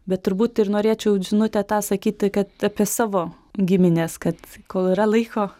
bet turbūt ir norėčiau žinutę tą sakyt kad apie savo gimines kad kol yra laiko